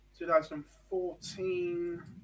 2014